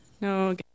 no